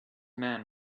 man